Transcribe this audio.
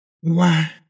Why